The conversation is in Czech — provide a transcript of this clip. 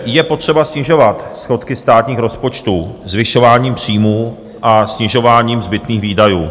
Je potřeba snižovat schodky státních rozpočtů zvyšováním příjmů a snižováním zbytných výdajů.